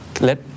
Let